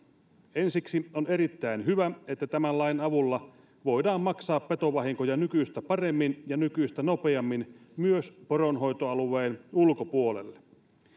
ensiksi on erittäin hyvä että tämän lain avulla voidaan maksaa petovahinkoja nykyistä paremmin ja nykyistä nopeammin myös poronhoitoalueen ulkopuolelle